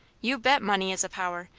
you bet money is a power!